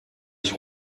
ich